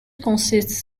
consists